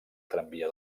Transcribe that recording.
tramvia